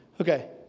Okay